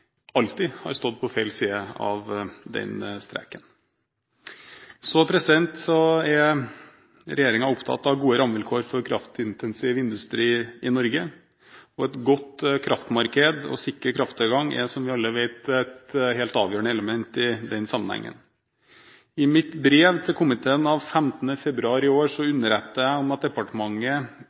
alltid har stått på feil side av den streken. Regjeringen er opptatt av gode rammevilkår for kraftintensiv industri i Norge. Et godt kraftmarked og sikker krafttilgang er, som vi alle vet, et helt avgjørende element i den sammenheng. I mitt brev til komiteen av 15. februar i år underrettet jeg om at departementet